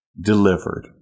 delivered